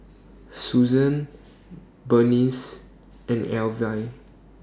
Suzann Burnice and Alvie